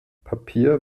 papier